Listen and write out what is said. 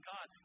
God